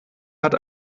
hat